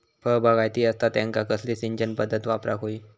फळबागायती असता त्यांका कसली सिंचन पदधत वापराक होई?